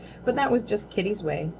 but that was just kitty's way.